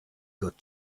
got